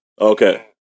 Okay